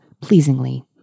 pleasingly